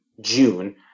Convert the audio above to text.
June